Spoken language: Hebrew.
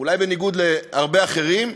אולי בניגוד להרבה אחרים,